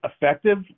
effective